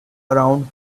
around